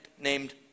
named